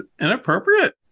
inappropriate